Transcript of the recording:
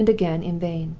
and again in vain.